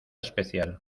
especial